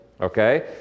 Okay